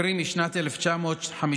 קרי משנת 1954,